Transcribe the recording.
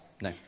No